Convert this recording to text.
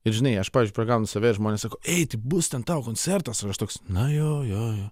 ir žinai aš pavyzdžiui pagaunu save ir žmonės sako eiti bus ten tau koncertas toks na jo jo jo